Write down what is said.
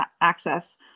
access